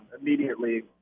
immediately